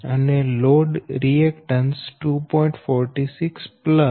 અને load reactance 2